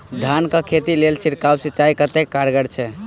धान कऽ खेती लेल छिड़काव सिंचाई कतेक कारगर छै?